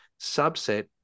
subset